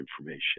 information